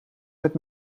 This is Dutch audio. met